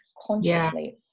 consciously